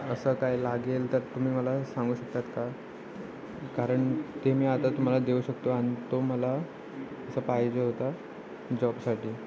असा काय लागेल तर तुम्ही मला सांगू शकतात का कारण ते मी आता तुम्हाला देऊ शकतो आणि तो मला असं पाहिजे होता जॉबसाठी